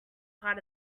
part